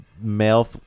male